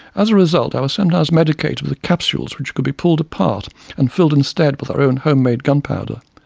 as a result i was sometimes medicated with capsules which could be pulled apart and filled instead with our own home-made gunpowder.